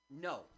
No